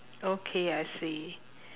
okay I see